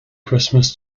christmas